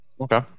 Okay